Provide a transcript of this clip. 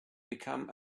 become